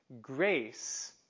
grace